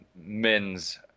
men's